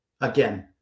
Again